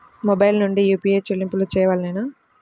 Mobile నుండే UPI చెల్లింపులు చేయవలెనా?